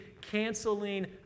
canceling